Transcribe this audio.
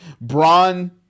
Braun